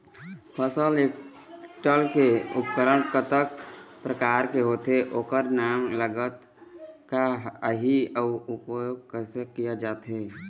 फसल कटेल के उपकरण कतेक प्रकार के होथे ओकर नाम लागत का आही अउ उपयोग कैसे किया जाथे?